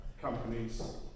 companies